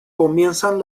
comienzan